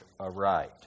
aright